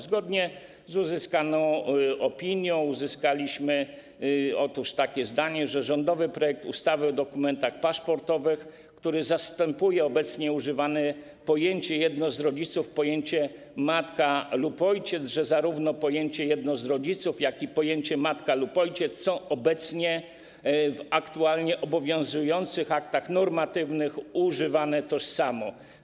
Zgodnie z uzyskaną opinią, otóż uzyskaliśmy takie zdanie, że rządowy projekt ustawy o dokumentach paszportowych zastępuje obecnie używane pojęcie „jedno z rodziców” pojęciem „matka lub ojciec”, a zarówno pojęcie „jedno z rodziców”, jak i pojęcie „matka lub ojciec” są obecnie w aktualnie obowiązujących aktach normatywnych używane tożsamo.